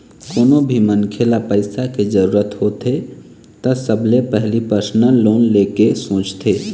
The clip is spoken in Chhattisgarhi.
कोनो भी मनखे ल पइसा के जरूरत होथे त सबले पहिली परसनल लोन ले के सोचथे